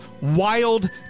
wild